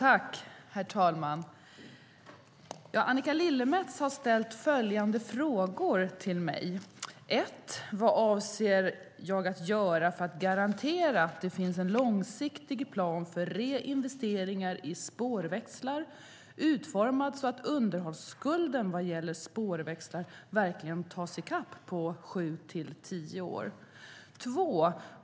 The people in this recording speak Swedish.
Herr talman! Annika Lillemets har ställt följande frågor till mig. Vad jag avser att göra för att garantera att det finns en långsiktig plan för reinvesteringar i spårväxlar, utformad så att underhållsskulden vad gäller spårväxlar verkligen tas i kapp på sju till tio år.